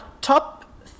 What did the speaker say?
top